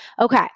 Okay